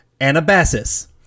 Anabasis